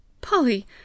polly